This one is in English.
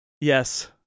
Yes